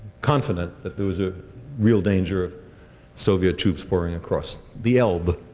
confident that there was a real danger soviet troops pouring across the elbe,